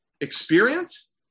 experience